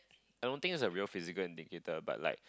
I don't think it's a real physical indicator but like